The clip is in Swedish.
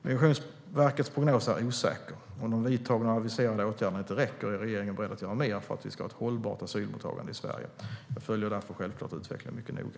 Migrationsverkets prognos är osäker. Om de vidtagna och aviserade åtgärderna inte räcker är regeringen beredd att göra mer för att vi ska ha ett hållbart asylmottagande i Sverige. Jag följer därför självklart utvecklingen mycket noga.